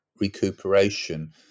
recuperation